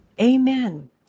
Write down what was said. Amen